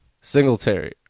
Singletary